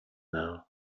now